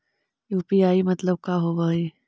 UPI मतलब का होब हइ?